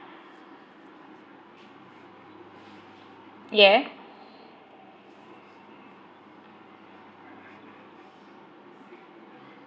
yeah